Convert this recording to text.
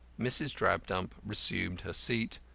mrs. drabdump resumed her seat,